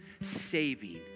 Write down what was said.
saving